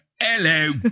Hello